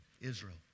Israel